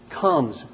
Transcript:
comes